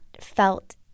felt